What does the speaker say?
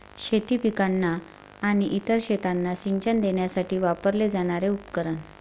शेती पिकांना आणि इतर शेतांना सिंचन देण्यासाठी वापरले जाणारे उपकरण